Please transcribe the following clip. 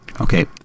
Okay